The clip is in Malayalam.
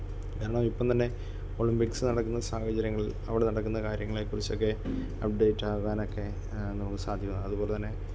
കാരണം ഇപ്പം തന്നെ ഒളിമ്പിക്സ് നടക്കുന്ന സാഹചര്യങ്ങളിൽ അവിടെ നടക്കുന്ന കാര്യങ്ങളെ കുറിച്ചൊക്കെ അപ്ഡേറ്റ് ആകാനൊക്കെ നമുക്ക് സാധ്യമാണ് അതുപോലെ തന്നെ